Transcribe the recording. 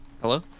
Hello